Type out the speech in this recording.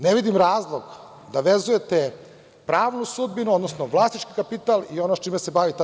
Ne vidim razlog da vezujete pravnu sudbinu, odnosno vlasnički kapital i ono s čime se bavi ta